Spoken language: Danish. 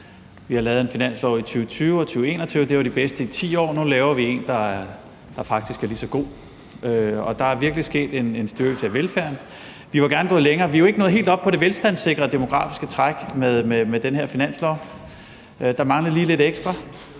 Vi har lavet en finanslov i 2020 og 2021, og det var de bedste i 10 år. Nu laver vi en, der faktisk er lige så god. Der er virkelig sket en styrkelse af velfærden. Vi var gerne gået længere, for vi er jo ikke nået helt op på det velstandssikrede demografiske træk med den her finanslov – der mangler lige lidt ekstra.